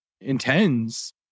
intends